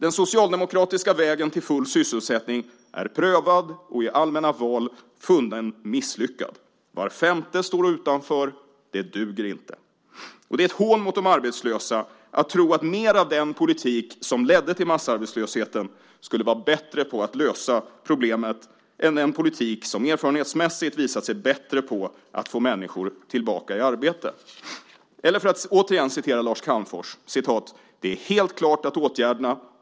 Den socialdemokratiska vägen till full sysselsättning är prövad och i allmänna val funnen misslyckad. Var femte står utanför. Det duger inte. Det är ett hån mot de arbetslösa att tro att mer av den politik som ledde till massarbetslösheten skulle vara bättre på att lösa problemet än den politik som erfarenhetsmässigt visat sig bättre på att få människor tillbaka i arbete. Eller för att återigen citera Lars Calmfors: Det är "helt klart att åtgärderna .